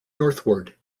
northward